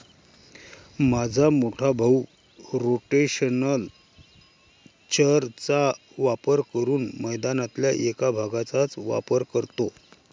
माझा मोठा भाऊ रोटेशनल चर चा वापर करून मैदानातल्या एक भागचाच वापर करतो